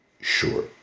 sure